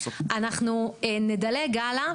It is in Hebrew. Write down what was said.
אנחנו נדלג הלאה,